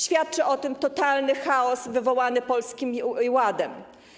Świadczy o tym totalny chaos wywołany polskim ładem.